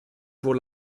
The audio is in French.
pour